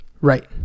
Right